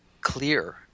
clear